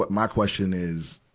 but my question is,